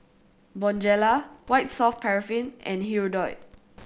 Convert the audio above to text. Bonjela White Soft Paraffin and Hirudoid